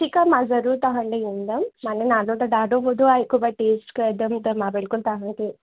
ठीकु आहे मां ज़रूरु तव्हां ॾे ईंदमि माने नालो त ॾाढो ॿुधो आहे हिकु ॿ टेस्ट कंदमि त मां बिल्कुलु तव्हां वटि